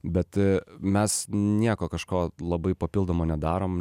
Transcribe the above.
bet mes nieko kažko labai papildomo nedarom